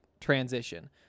transition